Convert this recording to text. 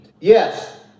yes